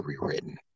rewritten